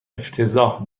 افتضاح